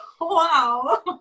Wow